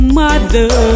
mother